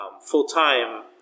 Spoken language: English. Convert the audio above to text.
full-time